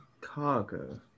cargo